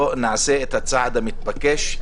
בואו נעשה את הצעד המתבקש.